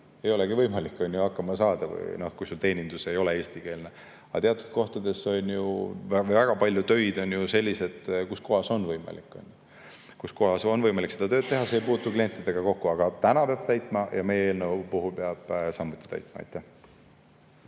ei olegi võimalik hakkama saada, kui sul teenindus ei ole eestikeelne, aga teatud kohtades on ju väga palju töid sellised, mida on võimalik teha, sa ei puutu klientidega kokku. Aga täna peab täitma ja meie eelnõu puhul peab samuti täitma.